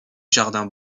jardins